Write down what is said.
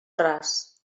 ras